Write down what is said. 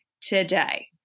today